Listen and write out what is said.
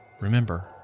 remember